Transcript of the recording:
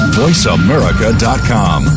voiceamerica.com